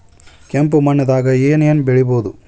ಕೆಂಪು ಮಣ್ಣದಾಗ ಏನ್ ಏನ್ ಬೆಳಿಬೊದು?